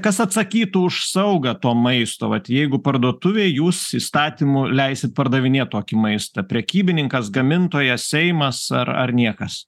kas atsakytų už saugą to maisto vat jeigu parduotuvėj jūs įstatymu leisit pardavinėt tokį maistą prekybininkas gamintojas seimas ar ar niekas